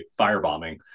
firebombing